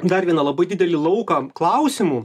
dar vieną labai didelį lauką klausimų